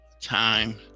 time